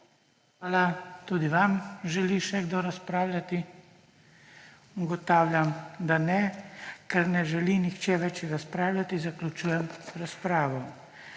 Hvala lepa. Želi še kdo razpravljati? Ugotavljam, da ne. Ker ne želi nihče več razpravljati zaključujem razpravo.